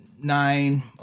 nine